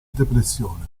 depressione